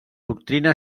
doctrina